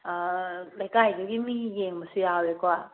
ꯂꯩꯀꯥꯏꯗꯨꯒꯤ ꯃꯤ ꯌꯦꯡꯕꯁꯨ ꯌꯥꯎꯔꯦꯀꯣ